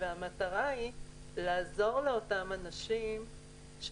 והמטרה היא לעזור לאותם אנשים.